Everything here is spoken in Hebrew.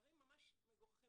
דברים ממש מגוחכים.